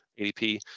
ADP